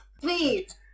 Please